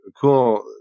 cool